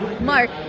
Mark